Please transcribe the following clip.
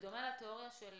בדומה לתיאוריה של